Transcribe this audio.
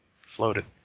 floated